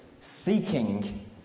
seeking